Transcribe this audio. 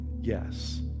yes